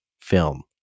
film